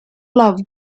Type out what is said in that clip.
love